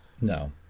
No